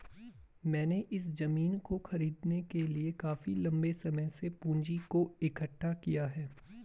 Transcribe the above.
मैंने इस जमीन को खरीदने के लिए काफी लंबे समय से पूंजी को इकठ्ठा किया है